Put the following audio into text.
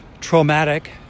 traumatic